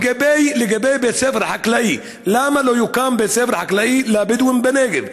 לגבי בית ספר חקלאי: למה לא יוקם בית ספר חקלאי לבדואים בנגב?